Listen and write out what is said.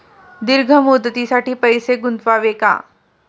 दीर्घ मुदतीसाठी पैसे गुंतवावे का?